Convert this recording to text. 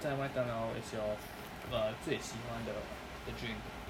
在麦当劳 is your fa~ err 最喜欢的的 drink